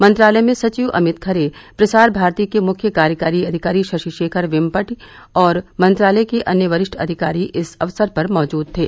मंत्रालय में सचिव अमित खरे प्रसार भारती के मुख्य कार्यकारी अधिकारी शशि शेखर वेम्पटि और मंत्रालय के अन्य वरिष्ठ अधिकारी इस अवसर पर मौजूद थे